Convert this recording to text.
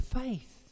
faith